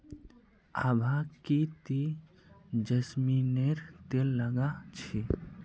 आभा की ती जैस्मिनेर तेल लगा छि